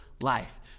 life